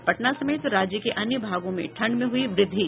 और पटना समेत राज्य के अन्य भागों में ठंड में हुई वृद्धि